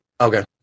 okay